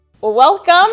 Welcome